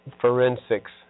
forensics